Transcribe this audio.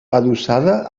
adossada